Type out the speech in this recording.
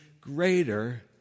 greater